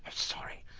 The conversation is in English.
sorry,